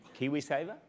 KiwiSaver